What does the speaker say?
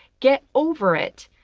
get over it.